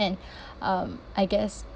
and um I guess